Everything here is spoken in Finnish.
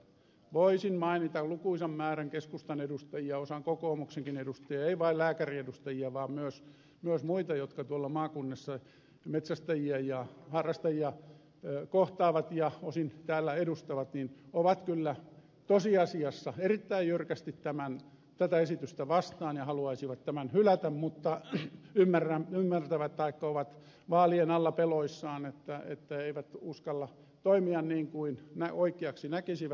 voisin mainita lukuisan määrän keskustan edustajia osan kokoomuksenkin edustajia ei vain lääkäriedustajia vaan myös muita jotka tuolla maakunnissa metsästäjiä ja harrastajia kohtaavat ja osin täällä edustavat jotka ovat kyllä tosiasiassa erittäin jyrkästi tätä esitystä vastaan ja haluaisivat tämän hylätä mutta ymmärtävät taikka ovat vaalien alla peloissaan ja eivät uskalla toimia niin kuin oikeaksi näkisivät